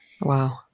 Wow